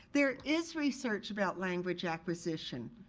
there is research about language acquisition.